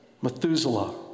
Methuselah